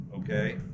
Okay